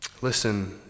Listen